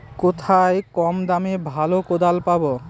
কোথায় কম দামে ভালো কোদাল পাব?